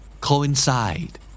Coincide